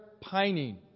pining